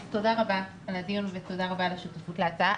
אז תודה רבה על הדיון ועל השותפות להצעה.